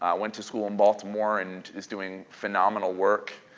went to school in baltimore and is doing phenomenal work.